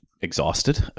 exhausted